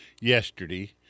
yesterday